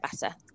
better